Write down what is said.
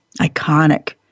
Iconic